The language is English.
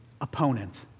opponent